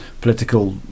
political